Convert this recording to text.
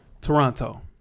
Toronto